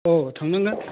औ थांनांगोन